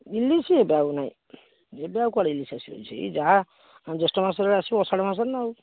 ଇଲିଶି ଏବେ ଆଉ ନାହିଁ ଏବେ ଆଉ କୁଆଡ଼େ ଇଲିଶି ଆସିବ ସେଇ ଯାହା ଜ୍ୟେଷ୍ଠ ମାସବେଳେ ଅଷାଢ଼ ମାସରେ ନା ଆଉ